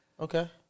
Okay